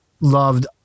loved